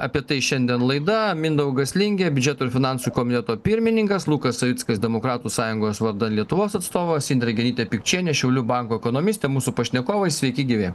apie tai šiandien laida mindaugas lingė biudžeto ir finansų komiteto pirmininkas lukas savickas demokratų sąjungos vardan lietuvos atstovas indrė genytė pikčienė šiaulių banko ekonomistė mūsų pašnekovai sveiki gyvi